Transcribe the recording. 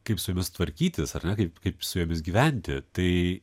kaip su jomis tvarkytis ar ne kaip kaip su jomis gyventi tai